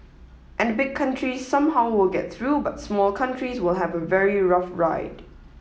and big countries somehow will get through but small countries will have a very rough ride